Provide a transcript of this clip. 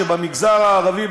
במגזר הערבי,